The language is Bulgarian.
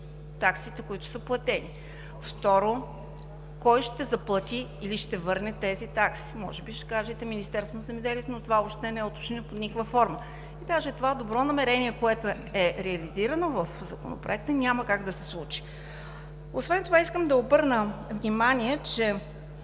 таксите, които са платени. Второ, кой ще заплати или ще върне тези такси. Може би ще кажете Министерството на земеделието, но това въобще не е уточнено под никаква форма и даже това добро намерение, което е реализирано в Законопроекта, няма как да се случи. Освен това искам да обърна внимание, че